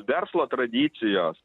verslo tradicijos